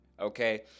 Okay